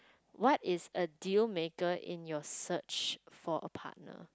what is a deal maker in your search for a partner